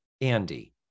Andy